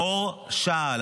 מור שעל.